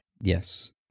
Yes